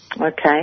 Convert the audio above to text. Okay